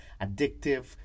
addictive